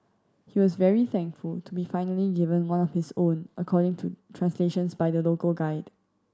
he was very thankful to be finally given one of his own according to translations by the local guide